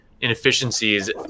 inefficiencies